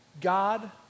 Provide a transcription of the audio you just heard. God